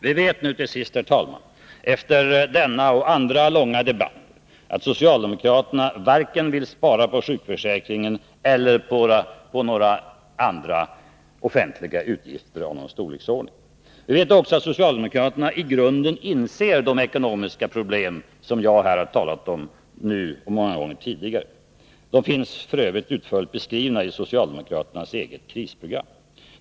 Vi vet nu till sist, herr talman, efter denna debatt och andra långa debatter, att socialdemokraterna vill spara varken på sjukförsäkringen eller på några andra offentliga utgifter av någon storleksordning. Vi vet också att socialdemokraterna i grunden inser de ekonomiska problem som jag har talat om nu och många gånger tidigare. De finns f.ö. utförligt beskrivna i socialdemokraternas eget krisprogram.